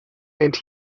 and